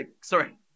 sorry